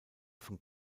von